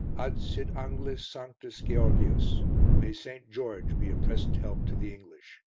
adsit anglis sanctus geogius may st. george be a present help to the english.